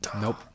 Nope